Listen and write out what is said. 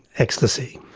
ecstasy.